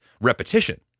repetition